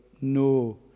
no